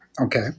Okay